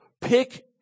Pick